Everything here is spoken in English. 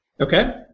Okay